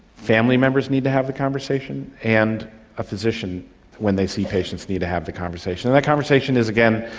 family members need to have the conversation, and a physician when they see patients need to have the conversation. and that conversation is, again,